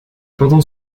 pendant